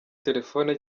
telefoni